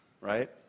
right